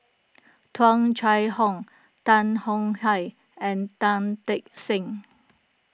Tung Chye Hong Tan Tong Hye and Tan Teck Seng